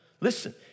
Listen